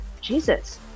Jesus